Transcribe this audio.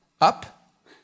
up